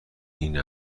این